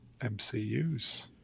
MCUs